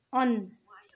on